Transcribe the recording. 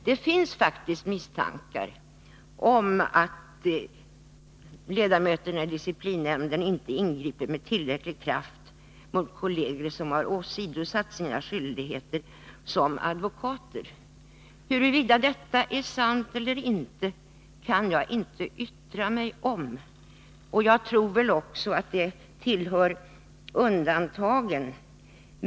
Det har faktiskt förts fram misstankar om att ledamöterna i disciplinnämnden inte ingriper med tillräcklig kraft mot kolleger som har åsidosatt sina skyldigheter som advokater. Huruvida detta är sant eller inte kan jag inte yttra mig om, och jag tror att det i varje fall tillhör undantagen.